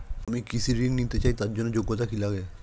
আমি কৃষি ঋণ নিতে চাই তার জন্য যোগ্যতা কি লাগে?